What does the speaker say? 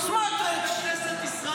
סמוטריץ'.